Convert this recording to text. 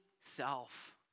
self